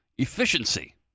Efficiency